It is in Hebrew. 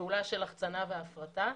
פעולה של החצנה והפרטה,